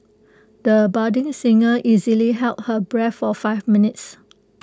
the budding singer easily held her breath for five minutes